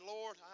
Lord